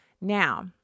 Now